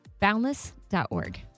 Boundless.org